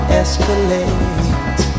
escalate